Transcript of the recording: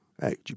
Hey